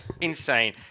insane